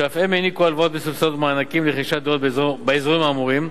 שאף הם העניקו הלוואות מסובסדות ומענקים לרכישת דירות באזורים האמורים,